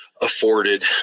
afforded